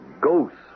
Ghosts